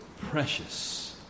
precious